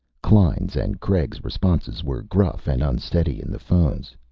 klein's and craig's responses were gruff and unsteady in the phones.